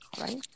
right